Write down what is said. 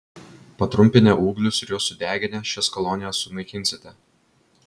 patrumpinę ūglius ir juos sudeginę šias kolonijas sunaikinsite